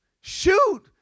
Shoot